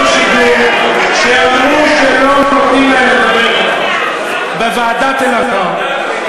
מרשות השידור ואמרו שלא נותנים להם לדבר בוועדת אלהרר.